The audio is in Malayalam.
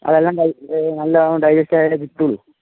അതെല്ലാം നല്ലവണ്ണം ഡൈജെസ്റ്റായാലേ പറ്റുകയുള്ളൂ